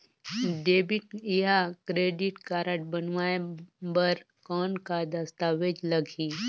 Debit या credit card बनवाय बर कौन का दस्तावेज लगही?